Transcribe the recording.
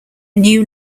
knew